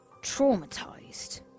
traumatized